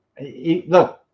look